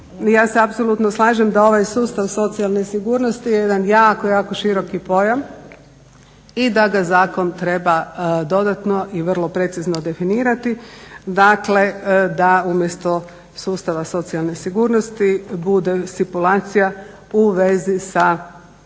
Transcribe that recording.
Ja se apsolutno slažem da se ovaj sustav socijalne sigurnosti je jedan jako, jako široko pojam i da ga zakon treba dodatno i vrlo precizno definirati da umjesto sustava socijalne sigurnosti bude stipulacija u vezi sa